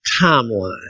timeline